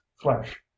flesh